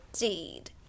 indeed